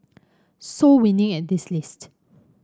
so winning at this list